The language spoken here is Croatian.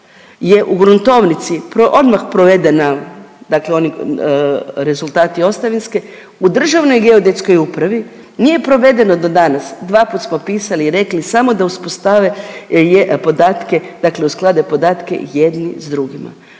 je u gruntovnici odmah provedena dakle oni rezultati ostavinske, u Državnoj geodetskoj upravi nije provedeno do danas, dvaput smo pisali i rekli samo da uspostave podatke dakle usklade podatke jedni s drugima,